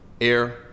air